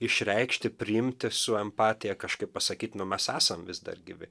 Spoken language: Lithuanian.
išreikšti priimti su empatija kažkaip pasakyt nu mes esam vis dar gyvi